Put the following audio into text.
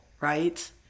right